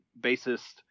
Bassist